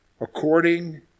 according